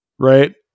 Right